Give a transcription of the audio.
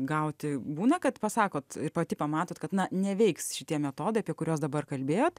gauti būna kad pasakot ir pati pamatot kad na neveiks šitie metodai apie kuriuos dabar kalbėjot